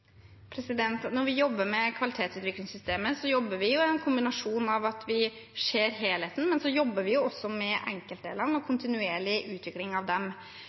Når vi jobber med kvalitetsvurderingssystemet, jobber vi i en kombinasjon; vi ser helheten, og så jobber vi også med enkeltdelene og kontinuerlig utvikling av dem.